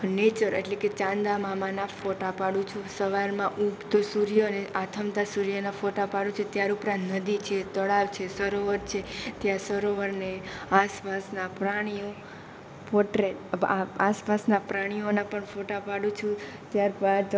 nature એટલે કે ચાંદામામાના ફોટા પાડું છું સવારમાં ઉગતો સૂર્ય અને આથમતા સૂર્યના ફોટા પાડું છું ત્યાર ઉપરાંત નદી છે તળાવ છે સરોવર છે ત્યાં સરોવરને આસપાસના પ્રાણીઓ પોટ્રેટ આસપાસનાં પ્રાણીઓના પણ ફોટા પાડું છું ત્યારબાદ